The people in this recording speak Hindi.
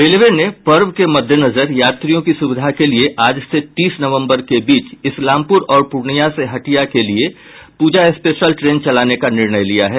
रेलवे ने पर्व के मद्देनजर यात्रियों की सुविधा के लिये आज से तीस नवंबर के बीच इस्लामपुर और पूर्णिया से हटिया के लिये पूजा स्पेशल ट्रेन चलाने का निर्णय लिया है